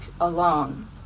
alone